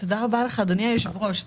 אדוני היושב-ראש.